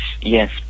Yes